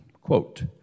Quote